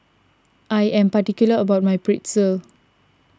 I am particular about my Pretzel